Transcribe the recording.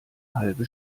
halbe